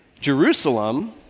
Jerusalem